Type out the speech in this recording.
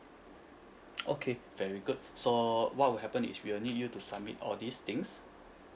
okay very good so what will happen is we'll need you to submit all these things